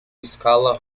escala